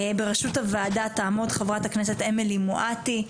ברשות הוועדה תעמוד חברת הכנסת אמילי מואטי.